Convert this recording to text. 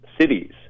cities